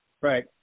Right